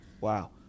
Wow